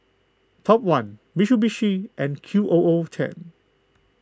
Top one Mitsubishi and Q O O ten